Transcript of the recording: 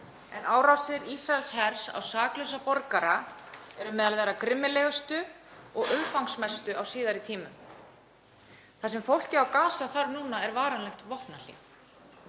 Árásir Ísraelshers á saklausa borgara eru meðal þeirra grimmilegustu og umfangsmestu á síðari tímum. Það sem fólkið á Gaza þarf núna er varanlegt vopnahlé.